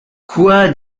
quoi